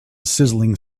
sizzling